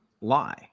lie